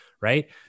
right